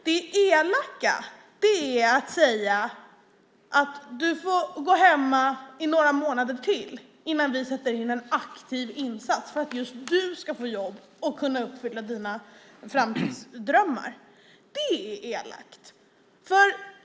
Det elaka är att säga: Du får gå hemma några månader till innan vi sätter in en aktiv insats för att just du ska få jobb och kunna uppfylla dina framtidsdrömmar. Det är elakt.